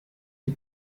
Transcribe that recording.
die